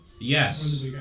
Yes